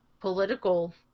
political